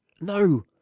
no